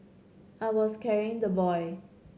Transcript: I was carrying the boy